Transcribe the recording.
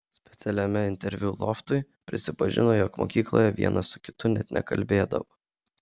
specialiame interviu loftui prisipažino jog mokykloje vienas su kitu net nekalbėdavo